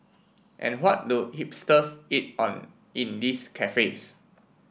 and what do hipsters eat on in these cafes